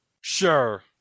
Sure